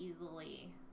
easily